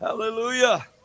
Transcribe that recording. hallelujah